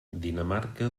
dinamarca